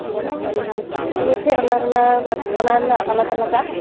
ᱱᱮᱱᱯᱮᱱᱴ ᱴᱷᱤᱠ ᱟᱪᱷᱮ ᱚᱱᱟ ᱨᱮᱱᱟᱜ ᱵᱟᱴ ᱚᱱᱟ ᱨᱮᱱᱟᱜ ᱟᱞᱟᱫᱟ ᱞᱟᱜᱟᱜᱼᱟ